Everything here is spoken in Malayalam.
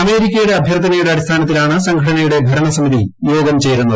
അമേരിക്കയുടെ അഭ്യർത്ഥനയുടെ അടിസ്ഥാനത്തിലാണ് സംഘടനയുടെ ഭരണസമിതി യോഗം ചേരുന്നത്